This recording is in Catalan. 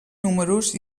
números